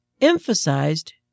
emphasized